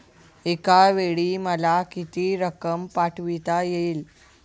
एकावेळी मला किती रक्कम पाठविता येईल?